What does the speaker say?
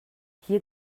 hier